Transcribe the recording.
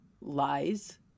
lies